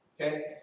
Okay